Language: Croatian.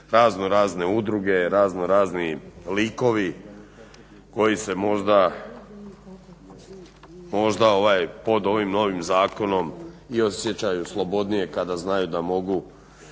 raznorazne udruge, raznorazni likovi koji se možda pod ovim novim zakonima i osjećaju slobodnije kada znaju da mogu